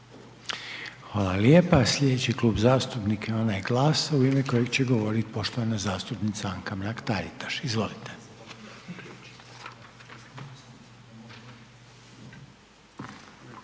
Hvala lijepa. Sljedeći Klub zastupnika je onaj Glasa u ime kojeg će govoriti poštovana zastupnica Anka Mrak Taritaš. Izvolite.